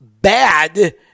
bad